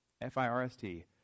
F-I-R-S-T